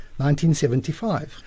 1975